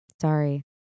Sorry